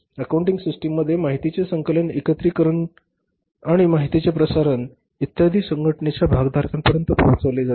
accounting system मध्ये माहिती चे संकलन एकत्रीकरण आणि माहिती चे प्रसारण इत्यादी संघटनेच्या भागधारकांपर्यंत पोहचवले जाते